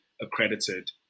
accredited